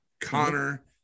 Connor